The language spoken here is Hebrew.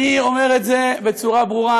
אני אומר את זה בצורה ברורה.